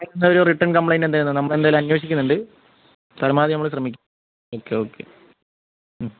എന്തായാലും ഒരു written complaint എന്തായാലും നമ്മൾ അന്വേഷിക്കുന്നുണ്ട് പരമാവധി നമ്മൾ ശ്രമിക്കും ഒക്കെ ഒക്കെ